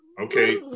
Okay